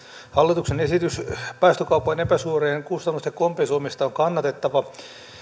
hallituksen esitys päästökaupan epäsuorien kustannusten kompensoimisesta on kannatettava